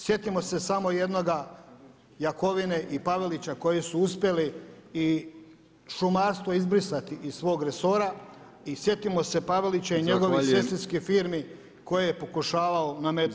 Sjetimo se samo jednoga Jakovine i Pavelića koji su uspjeli i šumarstvo izbrisati iz svog resora i sjetimo se Pavelića i njegovih sestrinskih firmi [[Upadica Brkić: Zahvaljujem.]] koje je pokušavao nametnuti.